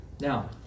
Now